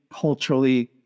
culturally